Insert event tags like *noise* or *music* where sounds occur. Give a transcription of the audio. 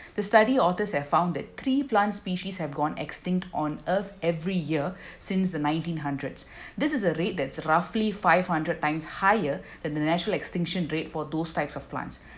the study authors have found that three plant species have gone extinct on earth every year *breath* since the nineteen hundreds this is a rate that roughly five hundred times higher than the natural extinction rate for those types of plants